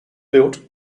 built